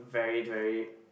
very very